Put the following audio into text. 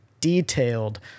detailed